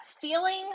feeling